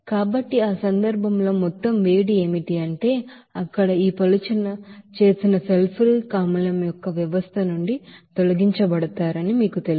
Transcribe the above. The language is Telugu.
కాబట్టి ఆ సందర్భంలో మొత్తం వేడి ఏమిటి అంటే అక్కడ ఈ పలుచన చేసిన సల్ఫ్యూరిక్ ಆಸಿಡ್ యొక్క వ్యవస్థ నుండి తొలగించబడతారని మీకు తెలుసు